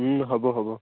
হ'ব হ'ব